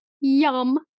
Yum